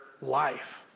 life